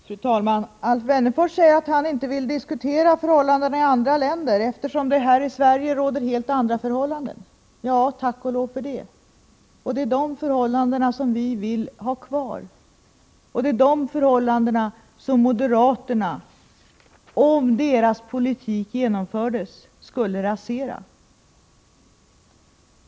Fru talman! Alf Wennerfors säger att han inte vill diskutera förhållandena i andra länder, eftersom det här i Sverige råder helt andra förhållanden. Ja, tack och lov för det! Det är de förhållandena som vi vill ha kvar, men det är de förhållandena som moderaterna om deras politik genomfördes skulle rasera.